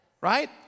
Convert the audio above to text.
Right